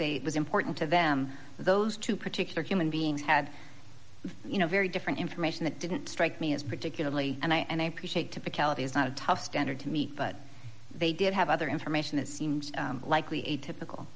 say it was important to them those two particular human beings had you know very different information that didn't strike me as particularly and i and i appreciate typicality is not a tough standard to meet but they did have other information that seems likely a typical